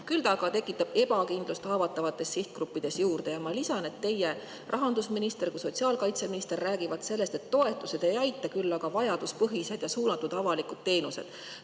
Küll aga tekitab see juurde ebakindlust haavatavates sihtgruppides. Ma lisan, et teie rahandusminister ja sotsiaalkaitseminister räägivad sellest, et toetused ei aita, küll aga [aitavad] vajaduspõhised ja suunatud avalikud teenused.